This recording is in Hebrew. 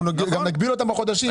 נגביל אותם במספר החודשים.